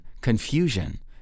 confusion